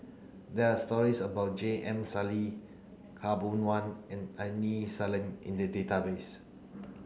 there are stories about J M Sali Khaw Boon Wan and Aini Salim in the database